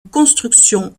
construction